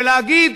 ולהגיד,